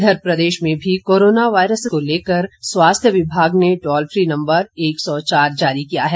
इधर प्रदेश में भी कोरोना वायरस को लेकर स्वास्थ्य विभाग ने टॉल फ्री नंबर एक सौ चार जारी किया है